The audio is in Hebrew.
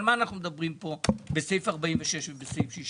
על מה אנחנו מדברים בסעיף 46 ובסעיף 61?